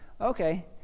Okay